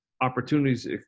opportunities